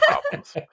problems